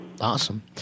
Awesome